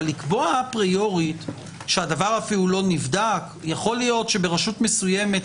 אבל לקבוע אפריורית כשהדבר אפילו לא נבדק יכול להיות שברשות מסוימת,